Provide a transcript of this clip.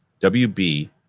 WB